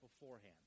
beforehand